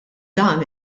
dan